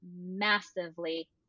massively